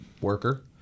worker